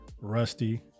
Rusty